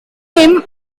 him